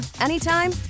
anytime